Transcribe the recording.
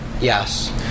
Yes